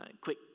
Quick